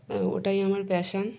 ওটাই আমার প্যাশান